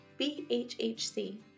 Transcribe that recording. BHHC